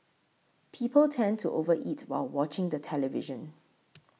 people tend to over eat while watching the television